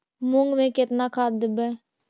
मुंग में केतना खाद देवे?